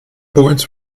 boards